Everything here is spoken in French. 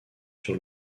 sur